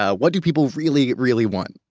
ah what do people really, really want?